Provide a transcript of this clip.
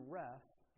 rest